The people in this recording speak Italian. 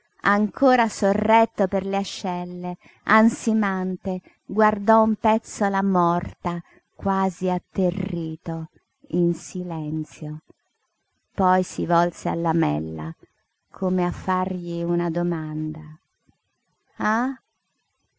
ancora sorretto per le ascelle ansimante guardò un pezzo la morta quasi atterrito in silenzio poi si volse al lamella come a fargli una domanda ah